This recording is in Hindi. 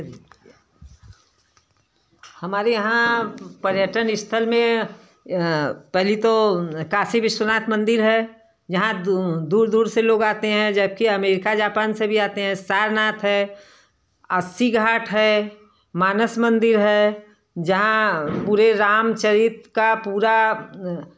हमारे यहाँ पर्यटक स्थल में पहली तो काशी विश्वनाथ मंदिर है जहाँ दूर दूर से लोग आते हैं जबकि अमेरिका जापान से भी आते हैं सारनाथ है अस्सी घाट है मानस मंदिर है जहाँ पूरे रामचरित का पूरा